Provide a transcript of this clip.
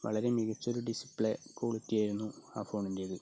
വളരെ മികച്ചൊരു display quality ആയിരുന്നു ആ ഫോണിൻ്റേത്